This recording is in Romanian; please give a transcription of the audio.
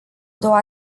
două